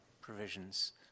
provisions